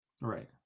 Right